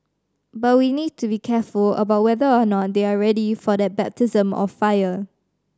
but we need to be careful about whether or not they are ready for that baptism of fire